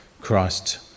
Christ